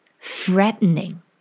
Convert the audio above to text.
threatening